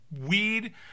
weed